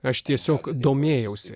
aš tiesiog domėjausi